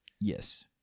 Yes